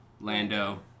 Lando